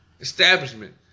establishment